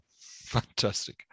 Fantastic